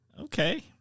Okay